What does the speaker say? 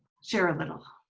share a little.